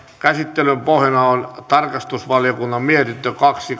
käsittelyn pohjana on tarkastusvaliokunnan mietintö kaksi